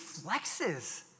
flexes